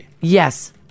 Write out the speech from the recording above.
Yes